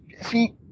See